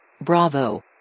Bravo